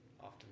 often